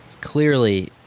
clearly